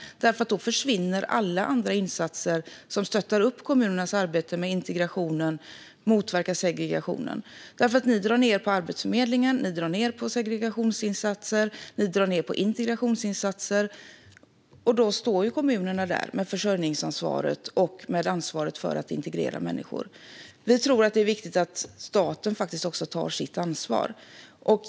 Då försvinner alla andra insatser som stöttar kommunerna i deras arbete med integrationen och för att motverka segregationen, eftersom ni drar ned på Arbetsförmedlingen, på integrationsinsatser och på insatser mot segregation. Då står ju kommunerna där med försörjningsansvaret och med ansvaret för att integrera människor. Vi tror att det är viktigt att staten tar sitt ansvar.